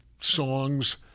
songs